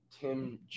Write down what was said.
Tim